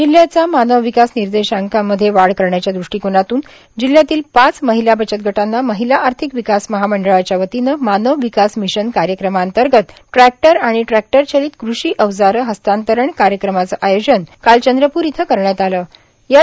जिल्ह्याच्या मानव विकास निर्देशांकामध्ये वाढ करण्याच्या दृष्टिकोनातून जिल्ह्यातील पाच महिला बचत गटांना महिला आर्थिक विकास महामंडळाच्यावतीने मानव विकास मिशन कार्यक्रमांतर्गत ट्रक्षटर आणि ट्रक्षटरचलित कृषी अवजारे हस्तांतरण कार्यक्रमाचे आयोजन काल चंद्रपुर इथल्या संताजी जगनाडे महाराज भवन इथं करण्यात आल होत